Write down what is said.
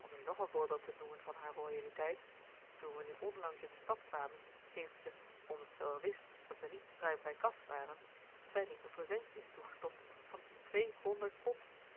om je nog een voorbeeld te noemen van haar royaliteit toen we nu onlangs in de stad kwamen heeft ze omdat ze wel wist dat we niet ruim bij kas waren fanny een presentje toegestopt van tweehonderd pond